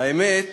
האמת